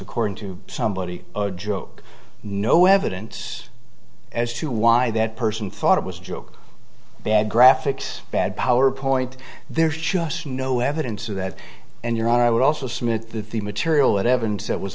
according to somebody a joke no evidence as to why that person thought it was a joke bad graphics bad power point there's just no evidence of that and your honor i would also smith that the material evidence that was